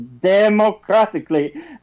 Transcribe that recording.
democratically